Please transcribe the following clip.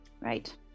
Right